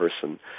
person